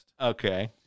Okay